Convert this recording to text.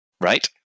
Right